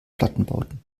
plattenbauten